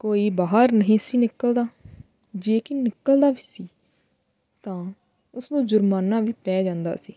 ਕੋਈ ਬਾਹਰ ਨਹੀਂ ਸੀ ਨਿਕਲਦਾ ਜੇ ਕੀ ਨਿਕਲਦਾ ਵੀ ਸੀ ਤਾਂ ਉਸਨੂੰ ਜ਼ੁਰਮਾਨਾ ਵੀ ਪੈ ਜਾਂਦਾ ਸੀ